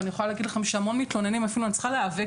ואני יכולה להגיד לכם שעם המון מהמתלוננים אני צריכה אפילו להיאבק,